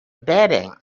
bedding